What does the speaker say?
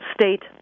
state